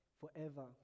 forever